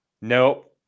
Nope